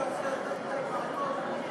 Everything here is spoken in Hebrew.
מדי ועדות על דברים